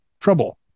trouble